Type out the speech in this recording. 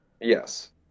Yes